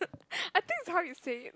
I think is how you say it